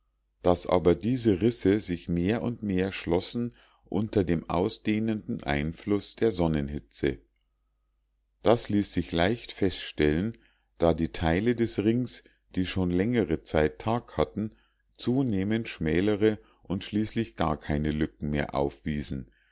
daß aber diese risse sich mehr und mehr schlossen unter dem ausdehnenden einfluß der sonnenhitze das ließ sich leicht feststellen da die teile des rings die schon längere zeit tag hatten zunehmend schmälere und schließlich gar keine lücken mehr aufwiesen